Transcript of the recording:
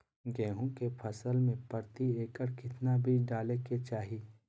गेहूं के फसल में प्रति एकड़ कितना बीज डाले के चाहि?